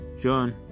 John